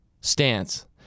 stance